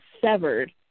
severed